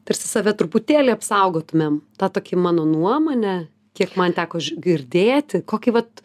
tarsi save truputėlį apsaugotumėm tą tokį mano nuomone kiek man teko ži girdėti kokį vat